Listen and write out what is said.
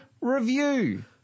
review